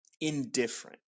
indifferent